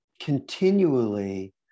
continually